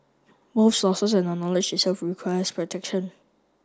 sources and the knowledge itself require protection